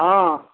हँ